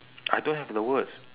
I don't have the words